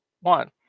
one